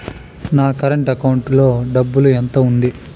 నా current account లో డబ్బులు ఎంత ఉంది?